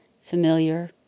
familiar